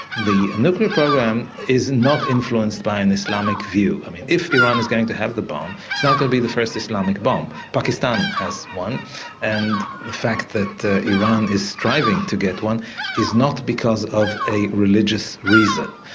the nuclear program is not influenced by an islamic view. i mean if iran is going to have the bomb it's not going to be the first islamic bomb. pakistan has one and the fact that iran is striving to get one is not because of a religious reason.